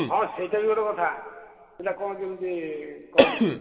ହଁ ସେଇଟା ଭି ଗୋଟେ କଥା ସେଟା କ'ଣ କେମିତି କହ ଟିକିଏ